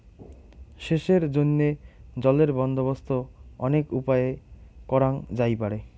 সেচের জইন্যে জলের বন্দোবস্ত অনেক উপায়ে করাং যাইপারে